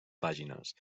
pàgines